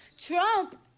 Trump